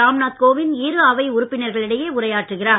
ராம் நாத் கோவிந்த் இரு அவை உறுப்பினர்களிடையே உரையாற்றுகிறார்